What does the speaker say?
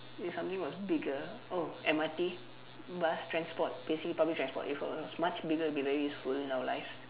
if something was bigger oh M_R_T bus transport basically public transport if it was much bigger it would be very useful in our lives